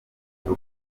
uko